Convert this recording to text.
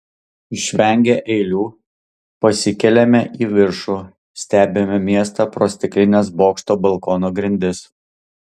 išvengę eilių pasikeliame į viršų stebime miestą pro stiklines bokšto balkono grindis